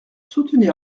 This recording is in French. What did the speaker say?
soutenir